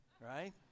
right